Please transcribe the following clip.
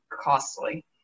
costly